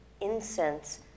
Incense